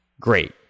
Great